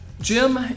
Jim